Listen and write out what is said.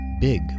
big